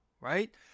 right